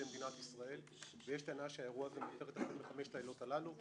מדינת ישראל ויש טענה שהוא- -- חמש העילות הללו,